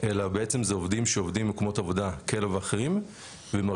אלא בעצם זה עובדים שעובדים במקומות עבודה כאלה ואחרים ומרגישים